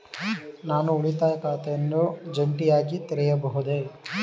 ನಾನು ಉಳಿತಾಯ ಖಾತೆಯನ್ನು ಜಂಟಿಯಾಗಿ ತೆರೆಯಬಹುದೇ?